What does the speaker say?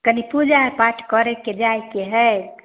कनि पूजा पाठ करैके जायके है